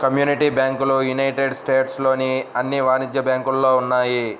community బ్యాంకులు United States లోని అన్ని వాణిజ్య బ్యాంకులలో ఉన్నాయి